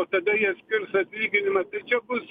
o tada jie skirs atlyginimą bus